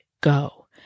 go